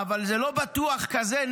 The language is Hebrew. אבל אלה שצריכים את קצבת